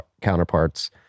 counterparts